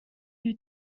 who